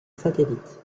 satellite